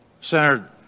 Senator